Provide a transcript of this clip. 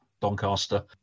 Doncaster